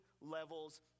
levels